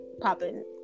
popping